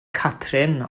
catrin